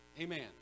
Amen